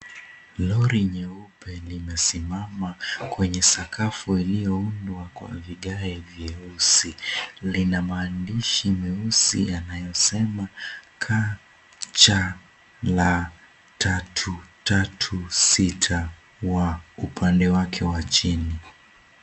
Lori nyeupe limesimama kwenye sakafu iliyoundwa kwa vigae vyeusi. Lina maandishi meusi yanayosema kacha la tatu sita wa upande wake wa chini.